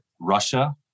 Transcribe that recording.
Russia